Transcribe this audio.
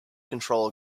control